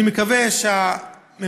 אני מקווה שהממשלה,